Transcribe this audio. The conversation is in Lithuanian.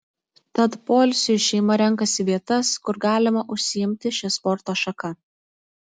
tad poilsiui šeima renkasi vietas kur galima užsiimti šia sporto šaka